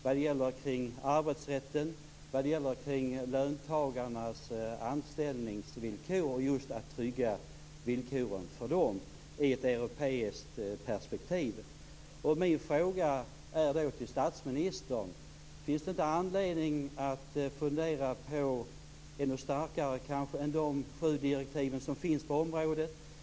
Vi har tidigare känt en plåga när svenska företag har dragit i väg, som t.ex. Ericsson till Skottland, vid en del etableringar på Irland osv.